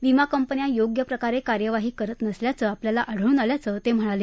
विमाकंपन्या योग्य प्रकारे कार्यवाही करत नसल्याचं आपल्याला आढळून आल्याचं ते म्हणाले